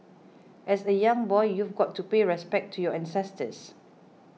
as a young boy you've got to pay respects to your ancestors